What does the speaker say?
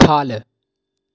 ख'ल्ल